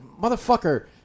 motherfucker